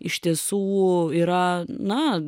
iš tiesų yra na